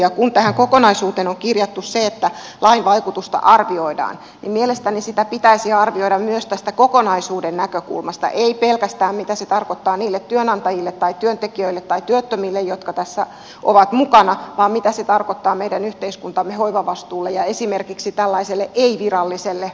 ja kun tähän kokonaisuuteen on kirjattu se että lain vaikutusta arvioidaan niin mielestäni sitä pitäisi arvioida myös tästä kokonaisuuden näkökulmasta ei pelkästään siitä näkökulmasta mitä se tarkoittaa niille työnantajille tai työntekijöille tai työttömille jotka tässä ovat mukana vaan siitä mitä se tarkoittaa meidän yhteiskuntamme hoivavastuulle ja esimerkiksi tällaiselle ei viralliselle